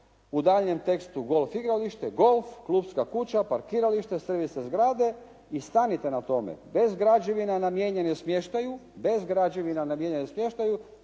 u daljnjem tekstu golf igralište, golf, klupska kuća, parkiralište, servisne zgrade i stanite na tome. Bez građevina namijenjene smještaju, stavite hotel. Očito